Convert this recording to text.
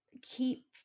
keep